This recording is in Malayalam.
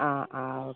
ആ ആ ഓക്കേ